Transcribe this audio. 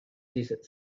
desert